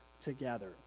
together